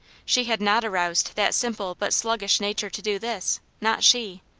she had not aroused that simple but sluggish nature to do this, not she!